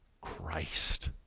Christ